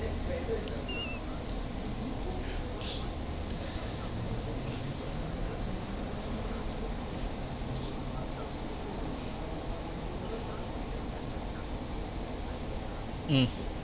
uh